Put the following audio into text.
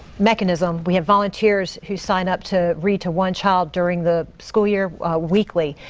mechanism we have volunteers who sign up to read to one child during the school year weekly.